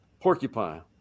porcupine